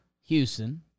Houston